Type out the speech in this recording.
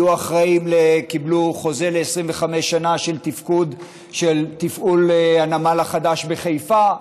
קיבלו חוזה ל-25 שנה לתפעול הנמל החדש בחיפה.